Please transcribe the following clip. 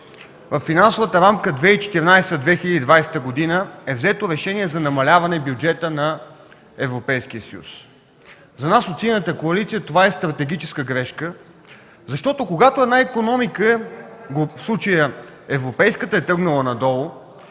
финансовата рамка 2014-2020 г. е взето решение за намаляване на бюджета на Европейския съюз. За нас от Синята коалиция това е стратегическа грешка, защото когато една икономика, в случая европейската, е тръгнала надолу,